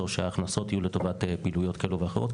או שההכנסות יהיו לטובת פעילויות כאלו ואחרות,